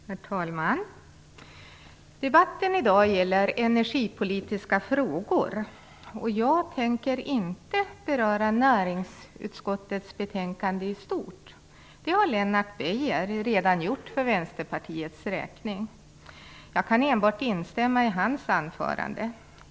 Herr talman! Debatten i dag gäller energipolitiska frågor. Jag tänker inte beröra näringsutskottets betänkande i stort. Det har Lennart Beijer redan gjort för Vänsterpartiets räkning, och jag kan enbart instämma i hans anförande.